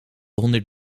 honderd